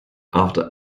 after